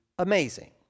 Amazing